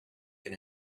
can